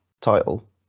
title